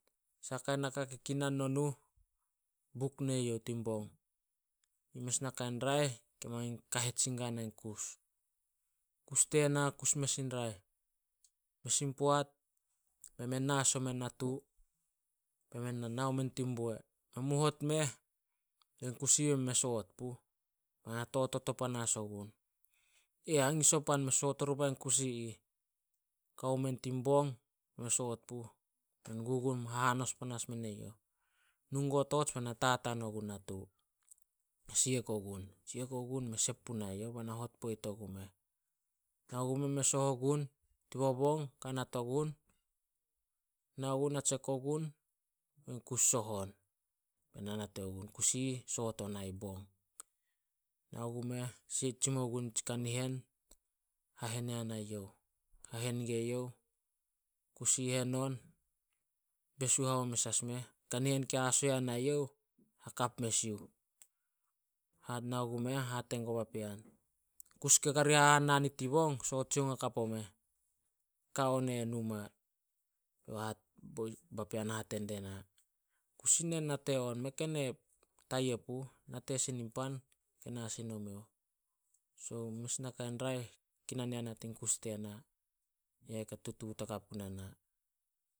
﻿Sakain naka ke kinan nonuh, buk neyouh tin bong. Yi mes nakai raeh ke mangin kahet sin guana in kus. Kus tena kus mes in raeh. Mes in poat be men na as omen natu be men na nao men tin bue. Men mu hot meh, kus i ih mei soot puh. Be na totot o panas ogun, "Aih, hangis o pan me soot ori bain kus i ih. Kao men tin bong, mei soot puh. Men gugum hahanos panas men eyouh. Nu guo torch bai na tataan ogun natu. Siek ogun- siek ogun mei sep punai youh bai na hot poit ogumeh. Nao gumeh me soh ogun, tin bobong kanat ogun, nao gun na tsek ogun, in kus soh on. Be na nate gun, kus i ih soot onai bong. Nao gumeh tsimou gun tsi kanihen hahen yanai youh. Hahen gue youh, kus i hen on, besu haome as meh. Kanihen ke haso yanai youh, hakap mes yuh. Nao gumeh hate guo papean, "Kus ke kari hahan na nit i bong, soot sioung hakap omeh, kao ne eh numa. Papean hate die na, "Kus i nen nate on, mei ken e tayia puh. Nate sin nin pan ke na sin omiouh. So, mes nakai raeh kinan yana tin kus tena. Yu eh ke tutuut hakap guna na.